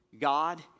God